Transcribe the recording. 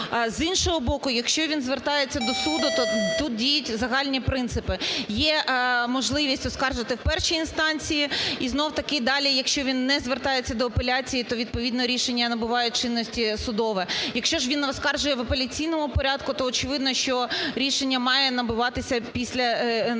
З іншого боку, якщо він звертається до суду, то тут діють загальні принципи. Є можливість оскаржити в першій інстанції і знов таки далі, якщо він далі не звертається до апеляції, то, відповідно, рішення набуває чинності судове. Якщо ж він оскаржує в апеляційному порядку, то, очевидно, що рішення має набуватися після...